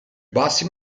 bassi